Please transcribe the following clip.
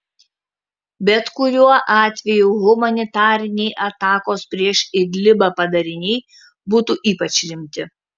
bet kuriuo atveju humanitariniai atakos prieš idlibą padariniai būtų ypač rimti